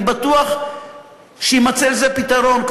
אני בטוח שיימצא לזה פתרון,